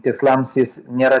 tikslams jis nėra